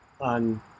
On